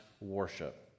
worship